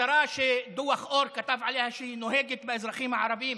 משטרה שדוח אור כתב עליה שהיא נוהגת באזרחים הערבים